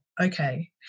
okay